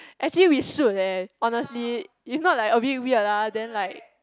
actually we should eh honestly if not like a bit weird ah then like